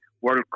World